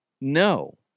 no